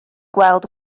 gweld